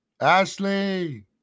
ashley